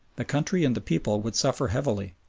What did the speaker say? the country and the people would suffer heavily,